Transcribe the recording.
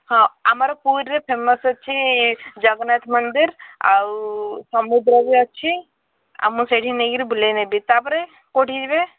ହଁ ଆମର ପୁରୀରେ ଫେମସ୍ ଅଛି ଜଗନ୍ନାଥ ମନ୍ଦିର ଆଉ ସମୁଦ୍ରବି ଅଛି ଆଉ ମୁଁ ସେଇଠି ନେଇକିରି ବୁଲାଇ ନେବି ତାପରେ କେଉଁଠି ଯିବେ